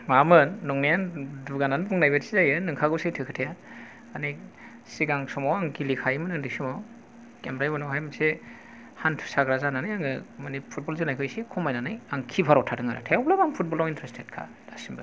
माबामोन नंनाया दुगानानै बुंनाय बादिसो जायो नंखागौ सैथो खोथाया माने सिगां समाव आं गेलेखायोमोन उन्दै समाव ओमफ्राय उनावहाय मोनसे हान्थु साग्रा जानानै आङो माने फुटबल जोनायखौ एसे खमायनानै आं किपार आव थादों आरो थेवब्लाबो आं फुटबल आव इनट्रेस्टेट खा दासिमबो